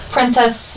Princess